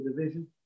division